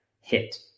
hit